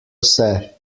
vse